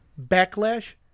Backlash